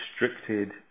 restricted